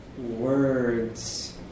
words